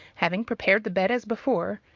having prepared the bed as before,